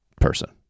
person